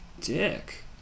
dick